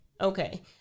okay